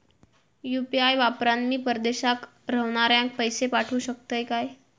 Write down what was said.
UPI वापरान मी परदेशाक रव्हनाऱ्याक पैशे पाठवु शकतय काय?